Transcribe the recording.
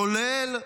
כולל